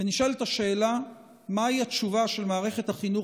נשאלת השאלה מהי התשובה של מערכת החינוך